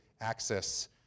access